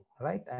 right